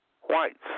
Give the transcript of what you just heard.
whites